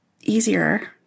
easier